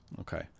Okay